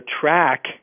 track